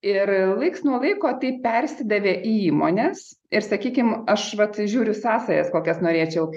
ir laiks nuo laiko tai persidavė į įmones ir sakykim aš vat įžiūriu sąsajas kokias norėčiau